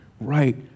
right